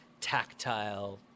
tactile